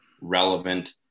relevant